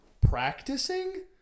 practicing